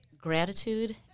gratitude